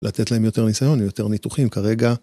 לתת להם יותר ניסיון ויותר ניתוחים כרגע.